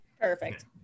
Perfect